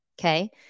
okay